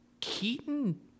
Keaton